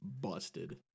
busted